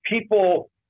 people